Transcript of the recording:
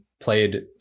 played